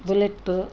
bullet